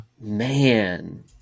Man